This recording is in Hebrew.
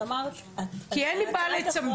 את אמרת, הצעת החוק